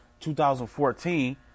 2014